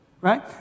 right